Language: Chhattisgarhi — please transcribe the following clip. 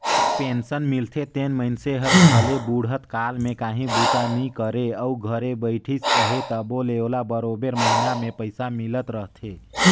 पेंसन मिलथे तेन मइनसे हर भले बुढ़त काल में काहीं बूता नी करे अउ घरे बइठिस अहे तबो ले ओला बरोबेर महिना में पइसा मिलत रहथे